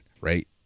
right